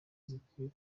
zikwiye